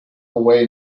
away